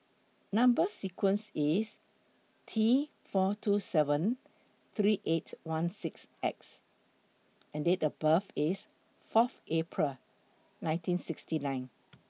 Number sequence IS T four two seven three eight one six X and Date of birth IS Fourth April nineteen sixty nine